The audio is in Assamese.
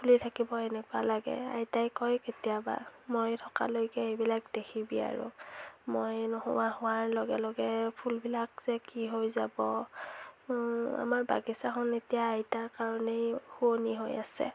ফুলি থাকিব এনেকুৱা লাগে আইতাই কয় কেতিয়াবা মই থকালৈকে এইবিলাক দেখিবি আৰু মই নোহোৱা হোৱাৰ লগে লগে ফুলবিলাক যে কি হৈ যাব আমাৰ বাগিচাখন এতিয়া আইতাৰ কাৰণেই শুৱনি হৈ আছে